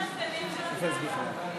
העסקנים שלכם.